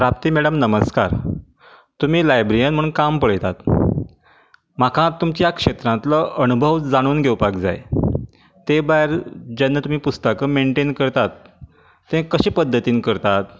प्राप्ती मॅडम नमस्कार तुमी लायब्रिरीयन म्हणून काम पळयतात म्हाका तुमच्या क्षेत्रांतलो अणभव जाणून घेवपाक जाय ते भायर जेन्ना तुमी पुस्तकां मेन्टेन करतात तें कशे पद्धतीन करतात